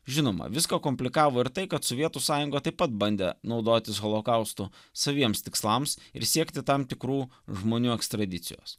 žinoma viską komplikavo ir tai kad sovietų sąjunga taip pat bandė naudotis holokaustu saviems tikslams ir siekti tam tikrų žmonių ekstradicijos